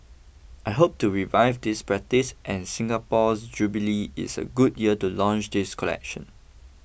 I hope to revive this practice and Singapore's jubilee is a good year to launch this collection